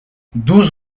douze